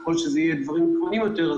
ככל שיהיו דברים עקרוניים יותר,